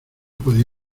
podía